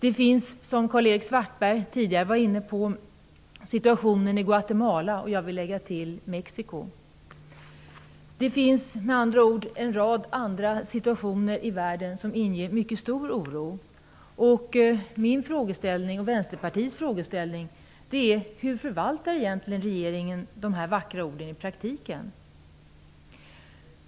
Ett annat orostecken är situationen i Guatemala, som Karl-Erik Svartberg var inne på tidigare, och jag vill lägga till Mexico. Det finns med andra ord en rad länder i världen som inger mycket stor oro. Min och Vänsterpartiets fråga är: Hur förvaltar regeringen sitt ämbete och tillämpar de vackra orden i praktiken?